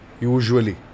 usually